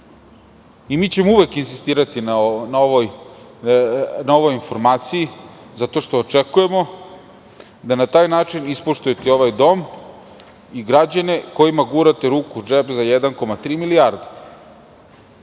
Mi ćemo uvek insistirati na ovoj informaciji, zato što očekujemo da na taj način ispoštujete i ovaj dom i građane kojima gurate ruku u džep za 1,3 milijarde. Nadam